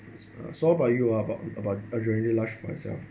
so uh so what about you about about adrenaline rush to yourself